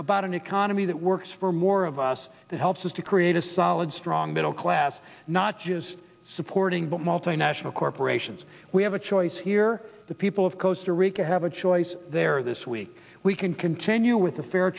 about an economy that works for more of us that helps us to create a solid strong middle class not just supporting but multinational corporations we have a choice here the people of coastal rica have a choice there this week we can continue with the fair